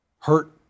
Hurt